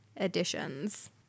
editions